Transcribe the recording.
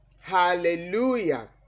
Hallelujah